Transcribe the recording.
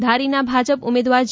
ધારી ના ભાજપ ઉમેદવાર જે